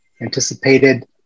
anticipated